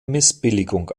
missbilligung